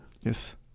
Yes